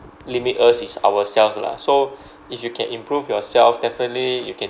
limit us is ourselves lah so if you can improve yourself definitely you can